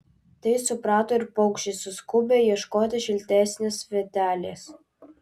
tai suprato ir paukščiai suskubę ieškoti šiltesnės vietelės